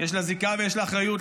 יש לה זיקה ואחריות,